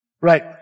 Right